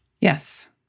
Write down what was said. Yes